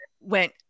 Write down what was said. went